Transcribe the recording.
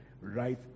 right